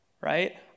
Right